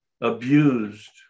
abused